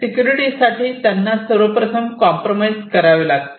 security साठी त्यांना सर्वप्रथम कॉम्प्रमाईज करावे लागते